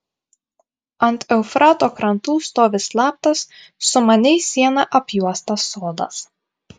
ant eufrato krantų stovi slaptas sumaniai siena apjuostas sodas